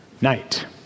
night